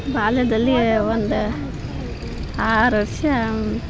ಬಾಲ್ಯದಲ್ಲಿ ಒಂದು ಆರು ವರ್ಷ